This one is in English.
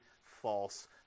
false